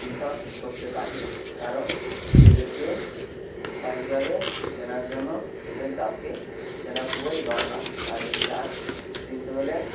পৃথক করতে পারি কারণ এদেরকে সঠিকভাবে চেনার জন্য এদের জাতকে চেনা খুবই দরকার আর এই জাত চিনতে হলে